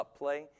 upplay